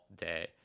day